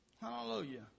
Hallelujah